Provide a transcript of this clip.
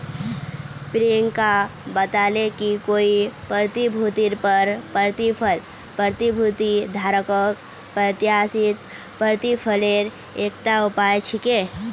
प्रियंका बताले कि कोई प्रतिभूतिर पर प्रतिफल प्रतिभूति धारकक प्रत्याशित प्रतिफलेर एकता उपाय छिके